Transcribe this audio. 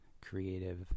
creative